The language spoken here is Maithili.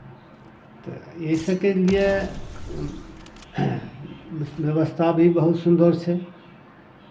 तऽ ई सभके लिए व्यवस्था भी बहुत सुन्दर छै